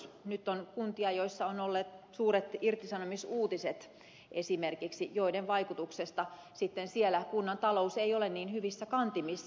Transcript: nyt on kuntia joissa on ollut esimerkiksi suuret irtisanomis uutiset joiden vaikutuksesta sitten siellä kunnan talous ei ole niin hyvissä kantimissa